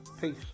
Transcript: peace